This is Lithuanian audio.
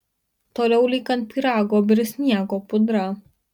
toliau lyg ant pyrago birs sniego pudra